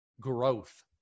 growth